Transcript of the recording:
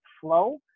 flow